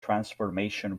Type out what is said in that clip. transformation